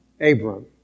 Abram